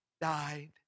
died